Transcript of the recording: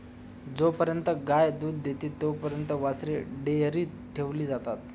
जोपर्यंत गाय दूध देते तोपर्यंत वासरे डेअरीत ठेवली जातात